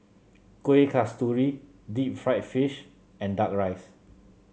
Kueh Kasturi Deep Fried Fish and duck rice